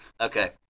Okay